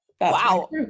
Wow